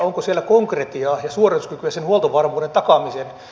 onko siellä konkretiaa ja suorituskykyä sen huoltovarmuuden takaamiselle